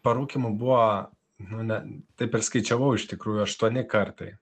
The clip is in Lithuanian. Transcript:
parūkymų buvo nu ne taip ir skaičiavau iš tikrųjų aštuoni kartai